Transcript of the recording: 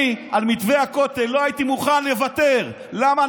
אני, על מתווה הכותל, לא הייתי מוכן לוותר, למה?